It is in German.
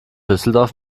düsseldorf